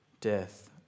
death